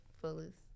fullest